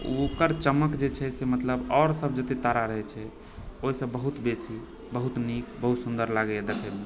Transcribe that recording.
ओ ओकर चमक जे छै से मतलब और सब जते तारा रहै छै ओहिसँ बहुत बेसी बहुत नीक बहुत सुन्दर लागैए देखैमे